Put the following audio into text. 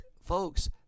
Folks